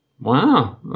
Wow